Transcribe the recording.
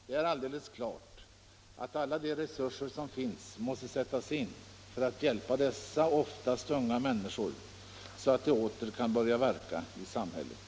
Det är alldeles klart att alla resurser som finns måste sättas in för att hjälpa dessa oftast unga människor, så att de åter, fullt friska, kan börja att verka i samhället.